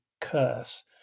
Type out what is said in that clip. curse